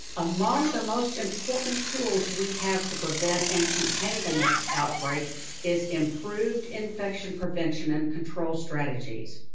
among the most important tools we have to prevent and contain the next outbreak is improved infection prevention and control strategies.